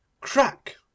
crack